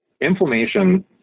inflammation